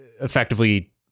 effectively